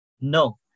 No